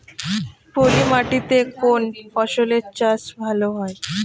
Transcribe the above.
পলি মাটিতে কোন ফসলের চাষ ভালো হয়?